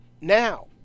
Now